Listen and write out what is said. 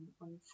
on